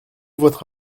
votre